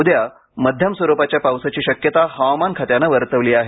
उद्या मध्यम स्वरुपाच्या पावसाची शक्यता हवामान खात्यानं वर्तवली आहे